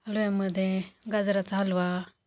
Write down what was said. हलव्यामध्ये गाजराचा हलवा